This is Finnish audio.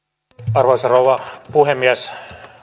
arvoisa rouva puhemies